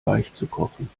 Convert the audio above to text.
weichzukochen